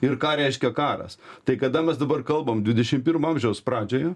ir ką reiškia karas tai kada mes dabar kalbam dvidešim pirmo amžiaus pradžioje